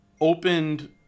opened